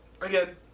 again